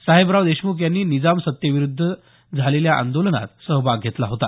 साहेबराव देशमुख यांनी निजाम सत्तेविरूध्द झालेल्या आंदोलनात सहभाग घेतला होता